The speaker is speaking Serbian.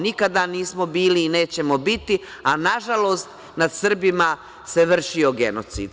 Nikada nismo bili i nikada nećemo biti, a na žalost nad Srbima se vršio genocid.